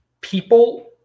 people